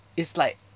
it's like